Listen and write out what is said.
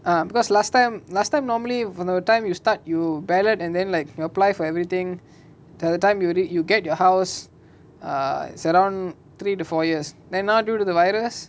um because last time last time normally from the time you start you ballot and then like you apply for everything by the time you get your house it's around three to four years now due to the virus